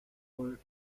were